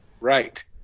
Right